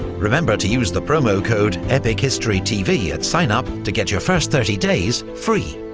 remember to use the promo code epichistorytv at sign-up to get your first thirty days free.